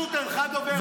פשוט אינך דובר אמת.